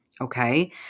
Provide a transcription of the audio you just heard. Okay